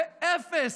ואפס,